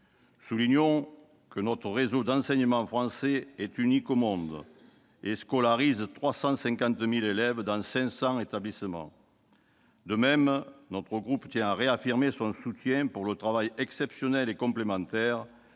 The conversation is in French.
Soulignons que notre réseau d'enseignement français est unique au monde et scolarise 350 000 élèves dans 500 établissements. De même, notre groupe tient à réaffirmer son soutien pour le travail exceptionnel et complémentaire